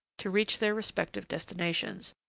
to reach their respective destinations,